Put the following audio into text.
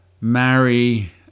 marry